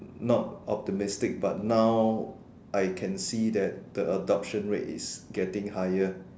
not optimistic but now I can see that the adoption rate is getting higher